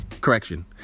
correction